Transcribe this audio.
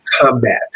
combat